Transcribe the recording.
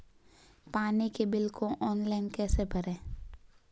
पानी के बिल को ऑनलाइन कैसे भरें?